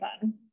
fun